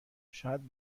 شاید